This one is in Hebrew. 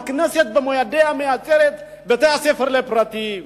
הכנסת במו ידיה מייצרת בתי-ספר פרטיים.